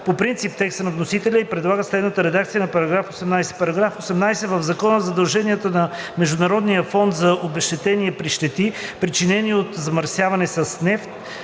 по принцип текста на вносителя и предлага следната редакция на § 18: „§ 18. В Закона за задълженията към Международния фонд за обезщетение при щети, причинени от замърсяване с нефт